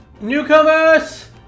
newcomers